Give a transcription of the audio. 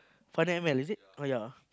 five hundred M_L is it ah ya